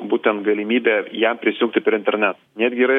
būtent galimybę jam prisijungti prie interneto netgi yra